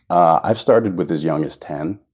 i've started with as young as ten.